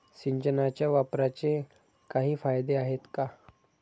सिंचनाच्या वापराचे काही फायदे आहेत का?